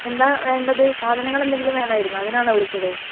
എന്താ വേണ്ടത് സാധനങ്ങൾ എന്തെങ്കിലും വേണമായിരുന്നു അതിനാണ് വിളിച്ചത്